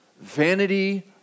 Vanity